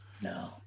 no